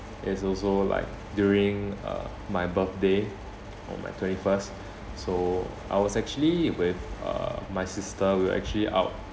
is also like during uh my birthday on my twenty first so I was actually with uh my sister we were actually out